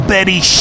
Betty